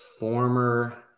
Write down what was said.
Former